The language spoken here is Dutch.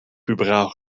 puberaal